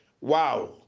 Wow